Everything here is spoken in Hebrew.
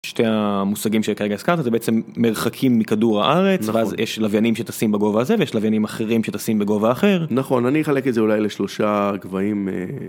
שתי המושגים שכרגע הזכרנו זה בעצם מרחקים מכדור הארץ ואז יש לוויינים שטסים בגובה הזה ויש לוויינים אחרים שטסים בגובה אחר. נכון אני אחלק את זה אולי לשלושה גבהים.